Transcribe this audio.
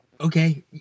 Okay